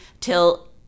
till